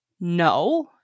No